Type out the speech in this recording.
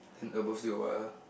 then above still got what ah